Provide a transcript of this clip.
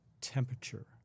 temperature